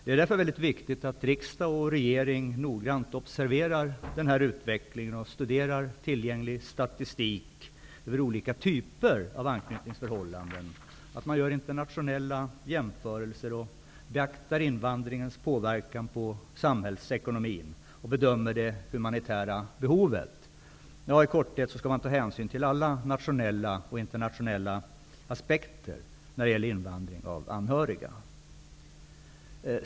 Det är därför väldigt viktigt att riksdag och regering noggrant observerar den här utvecklingen, studerar tillgänglig statistik över olika typer av anknytningsförhållanden, gör internationella jämförelser, beaktar invandringens påverkan på samhällsekonomin och bedömer det humanitära behovet. Ja, i korthet skall man ta hänsyn till alla nationella och internationella aspekter när det gäller invandring av anhöriga.